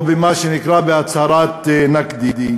או במה שנקרא הצהרת נקדי,